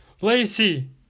Lacey